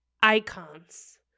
icons